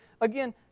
again